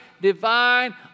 divine